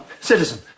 Citizen